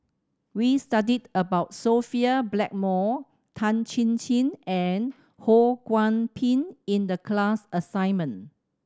we studied about Sophia Blackmore Tan Chin Chin and Ho Kwon Ping in the class assignment